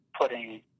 putting